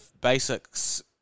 basics